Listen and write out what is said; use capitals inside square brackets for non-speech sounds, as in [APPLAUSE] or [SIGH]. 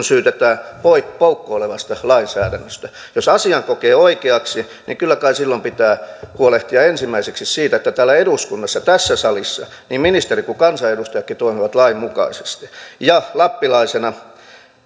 [UNINTELLIGIBLE] syytetään poukkoilevasta lainsäädännöstä jos asian kokee oikeaksi niin kyllä kai silloin pitää huolehtia ensimmäiseksi siitä että täällä eduskunnassa tässä salissa niin ministeri kuin kansanedustajatkin toimivat lain mukaisesti lappilaisena